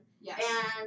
Yes